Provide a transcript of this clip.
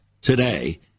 today